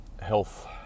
health